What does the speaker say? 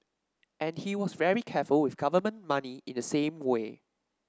and he was very careful with government money in the same way